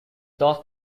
thus